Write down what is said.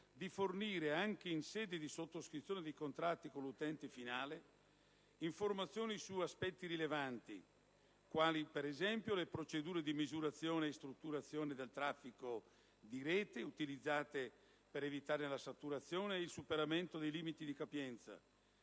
di fornire, anche in sede di sottoscrizione di contratti con l'utente finale, informazioni su aspetti rilevanti quali, per esempio, le procedure di misurazione e strutturazione del traffico di reti utilizzate per evitare la saturazione e il superamento di limiti di capienza;